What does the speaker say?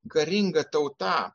karinga tauta